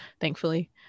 Thankfully